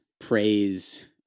praise